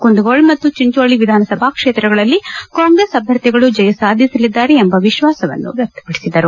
ಕುಂದಗೋಳ ಮತ್ತು ಚಿಂಚೋಳಿ ವಿಧಾನಸಭಾ ಕ್ಷೇತ್ರಗಳಲ್ಲಿ ಕಾಂಗ್ರೆಸ್ ಅಭ್ಯರ್ಥಿಗಳು ಜಯಸಾಧಿಸಲಿದ್ದಾರೆ ಎಂಬ ವಿಶ್ವಾಸ ವ್ಯಕ್ತಪಡಿಸಿದರು